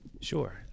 Sure